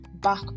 back